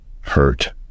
Hurt